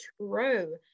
true